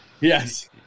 Yes